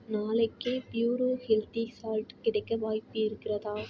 நாளைக்கே Puro healthy salt கிடைக்க வாய்ப்பு இருக்கிறதா